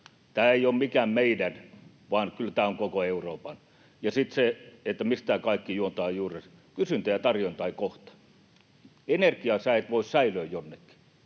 Tämä ei ole mikään meidän asia, vaan kyllä tämä on koko Euroopan. Ja sitten se, mistä tämä kaikki juontaa juurensa: Kysyntä ja tarjonta eivät kohtaa. Energiaa sinä et voi säilöä jonnekin,